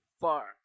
Fuck